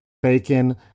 bacon